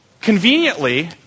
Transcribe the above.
Conveniently